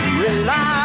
rely